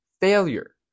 failure